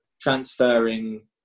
transferring